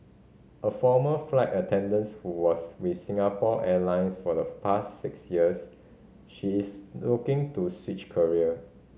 a former flight attendants who was with Singapore Airlines for the past six years she is looking to switch career